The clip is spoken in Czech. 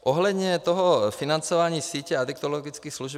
Ohledně toho financování sítě adiktologických služeb.